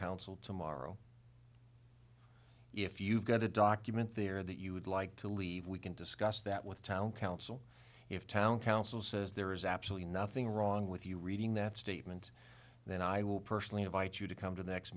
council tomorrow if you've got a document there that you would like to leave we can discuss that with the town council if town council says there is absolutely nothing wrong with you reading that statement then i will personally invite you to come to the next